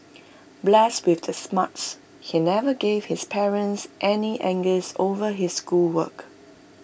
blessed with the smarts he never gave his parents any angst over his schoolwork